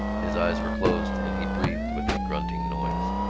his eyes were closed and he breathed with a grunting noise.